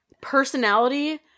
personality